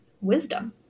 wisdom